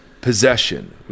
possession